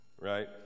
right